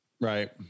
right